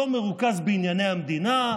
לא מרוכז בענייני המדינה,